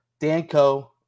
Danco